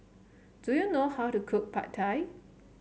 do you know how to cook Pad Thai